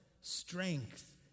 strength